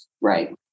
Right